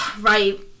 Right